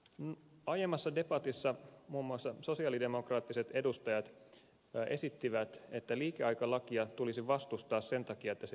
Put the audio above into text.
aiemmassa debatissa muun muassa sosialidemokraattiset edustajat esittivät että liikeaikalakia tulisi vastustaa sen takia että se lisäisi päästöjä